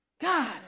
God